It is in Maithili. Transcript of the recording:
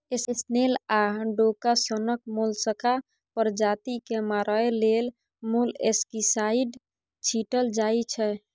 स्नेल आ डोका सनक मोलस्का प्रजाति केँ मारय लेल मोलस्कीसाइड छीटल जाइ छै